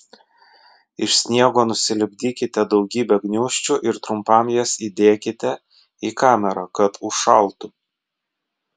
iš sniego nusilipdykite daugybę gniūžčių ir trumpam jas įdėkite į kamerą kad užšaltų